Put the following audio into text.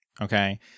Okay